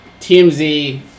tmz